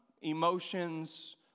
emotions